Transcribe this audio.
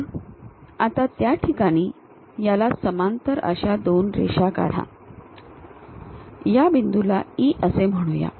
तर आता त्या ठिकाणी याला समांतर अशा दोन रेषा काढा या बिंदूला E असे म्हणूया